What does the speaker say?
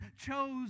chose